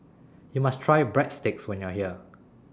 YOU must Try Breadsticks when YOU Are here